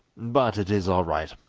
but it is all right.